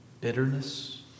Bitterness